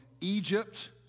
Egypt